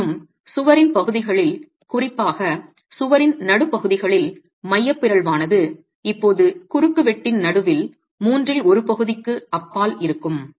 இருப்பினும் சுவரின் பகுதிகளில் குறிப்பாக சுவரின் நடுப்பகுதிகளில் மைய பிறழ்வானது இப்போது குறுக்குவெட்டின் நடுவில் மூன்றில் ஒரு பகுதிக்கு அப்பால் இருக்கும்